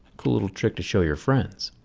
cool little trick to show your friends.